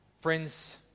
Friends